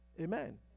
Amen